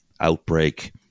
outbreak